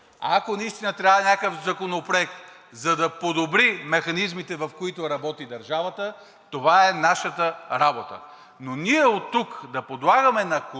Ако наистина трябва някакъв законопроект, за да подобри механизмите, в които работи държавата, това е нашата работа, но ние оттук да подлагаме на контрол